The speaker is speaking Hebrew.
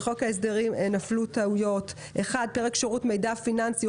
בחוק ההסדרים נפלו טעויות: פרק שירות מידע פיננסי.